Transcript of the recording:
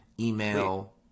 email